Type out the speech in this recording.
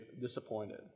disappointed